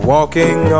Walking